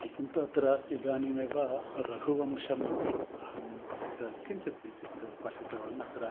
किन्तु अत्र इदानीमेव रघुवंशमपि अहं पठित किञ्चित् किञ्चित् पठितवान् अत्र